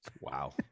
wow